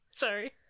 Sorry